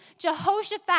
Jehoshaphat